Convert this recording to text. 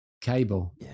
Cable